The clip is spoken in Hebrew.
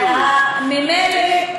ממילא,